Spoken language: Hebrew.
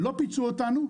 לא פיצו אותנו.